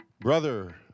Brother